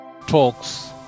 talks